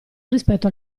rispetto